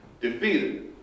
defeated